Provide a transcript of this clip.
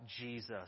Jesus